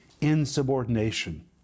insubordination